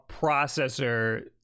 processor